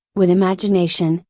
with imagination,